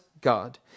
God